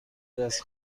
دست